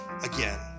again